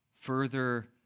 further